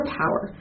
power